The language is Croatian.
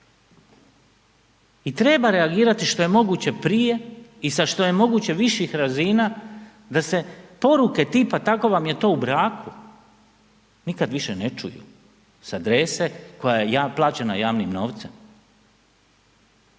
I treba reagirati što je moguće prije i sa što je moguće viših razina da se poruke tipa tako vam je to u braku nikad više ne čuju, sa adrese koja je plaćena javnim novcem.